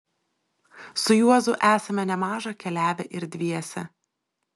su juozu esame nemaža keliavę ir dviese